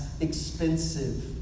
expensive